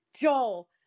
Joel